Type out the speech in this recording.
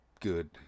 good